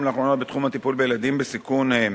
לאחרונה בתחום הטיפול בילדים בסיכון הם: